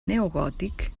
neogòtic